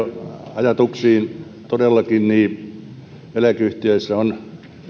ajatuksiinsa todellakin eläkeyhtiöissä on